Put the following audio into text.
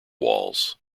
walls